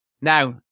Now